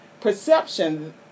perception